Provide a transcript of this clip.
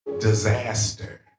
disaster